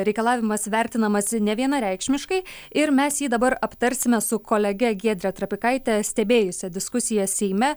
reikalavimas vertinamas nevienareikšmiškai ir mes jį dabar aptarsime su kolege giedre trapikaite stebėjusia diskusiją seime